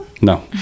No